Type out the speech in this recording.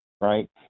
right